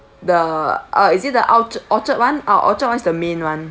the uh is it the orch~ orchard [one] ah orchard [one] is the main [one]